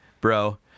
bro